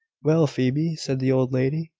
well, phoebe, said the old lady,